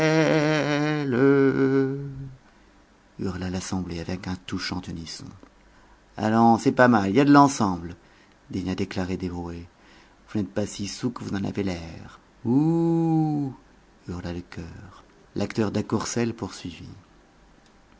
hurla l'assemblée avec un touchant unisson allons c'est pas mal y a de l'ensemble daigna déclarer derouet vous n'êtes pas si saouls que vous en avez l'air hoû hurla le chœur l'acteur d à courcelles poursuivit